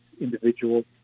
individual